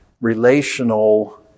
relational